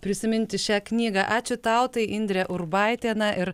prisiminti šią knygą ačiū tau tai indrė urbaitė na ir